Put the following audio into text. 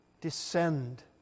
descend